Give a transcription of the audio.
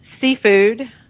seafood